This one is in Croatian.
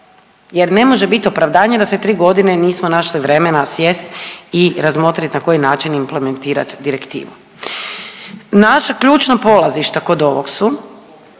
jer ne može biti opravdanje da se 3 godine nismo našli vremena sjest i razmotriti na koji način implementirati direktivu. Naša ključna polazišta kod ovog su